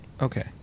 Okay